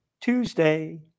tuesday